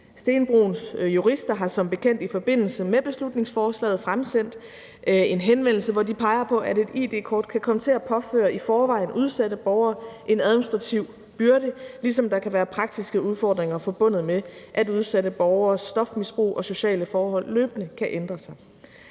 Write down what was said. Stenbroens Jurister har som bekendt i forbindelse med beslutningsforslaget fremsendt en henvendelse, hvor de peger på, at et id-kort kan komme til at påføre i forvejen udsatte borgere en administrativ byrde, ligesom der kan være praktiske udfordringer forbundet med, at udsatte borgeres stofmisbrug og sociale forhold løbende kan ændre sig.